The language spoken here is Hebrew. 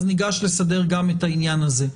אז ניגש לסדר גם את העניין הזה.